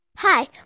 Hi